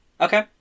Okay